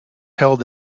held